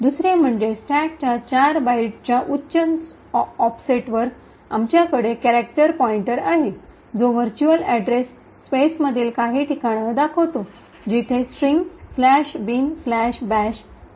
दुसरे म्हणजे स्टॅकच्या 4 बाइट्सच्या उच्च ऑफसेटवर आमच्याकडे कॅरेक्टर पॉईंटर आहे जो वर्च्युअल अॅड्रेस स्पेसमधील काही ठिकाणी दाखवतो जिथे स्ट्रिंग " bin bash" अस्तित्वात आहे